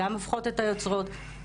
גם "הופכות את היוצרות",